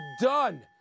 done